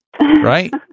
right